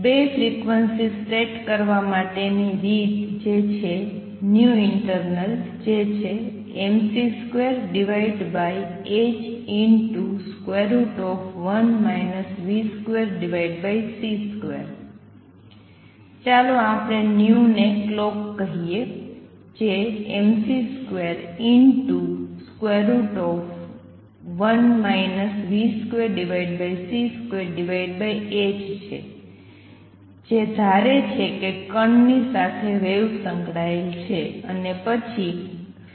૨ frequencies set કરવાની રીત જે છે internal જે છે mc2h1 v2c2 ચાલો આપણે ને ક્લોક કહીએ જે mc21 v2c2h છે જે ધારે છે કે કણ ની સાથે વેવ સંકળાયેલ છે